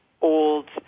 old